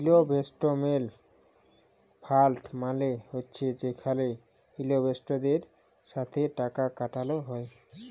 investment fund মালে হছে যেখালে ইলভেস্টারদের সাথে টাকা খাটাল হ্যয়